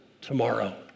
tomorrow